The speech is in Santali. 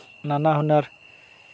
ᱱᱟᱱᱟ ᱦᱩᱱᱟᱹᱨ